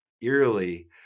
eerily